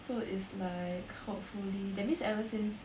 so is like hopefully that means ever since